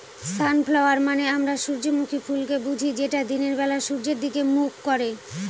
sunflower মানে আমরা সূর্যমুখী ফুলকে বুঝি যেটা দিনের বেলা সূর্যের দিকে মুখ করে